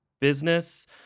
business